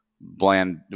bland